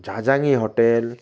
জাজানি hotel